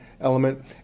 element